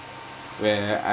where I